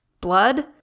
Blood